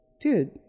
Dude